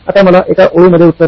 आता मला एका ओळीमध्ये उत्तर दे